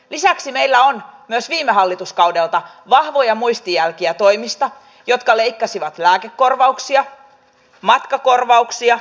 kaikista häiritsevintä on siellä hallituskaudelta vahvoja muistijälkiä toimista jotka leikkasivat lääkekorvauksia matkakorvauksia